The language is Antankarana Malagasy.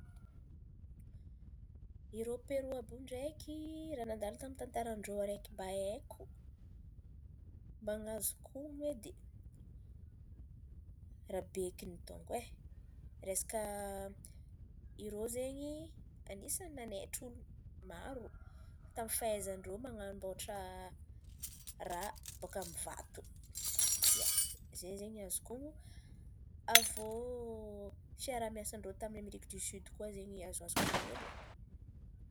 irô Però àby iô ndraiky raha nandalo tamin'ny tantaran-drô iô mba haiko, mba azoko honon̈o edy, rabekiny dônko ai, resaka irô zen̈y anisan̈y nanaitry olo maro tamin'ny fahaizan-drô manamboatra raha baka amin'ny vato. Ia, zen̈y zen̈y ny azoko honon̈o, avô fiaraha-miasan-drô Ameriky diosioda tan̈y koa ny azoko honon̈o hely oe.